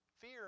Fear